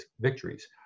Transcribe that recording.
victories